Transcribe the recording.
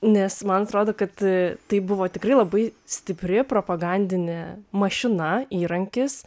nes man atrodo kad tai buvo tikrai labai stipri propagandinė mašina įrankis